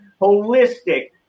holistic